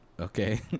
Okay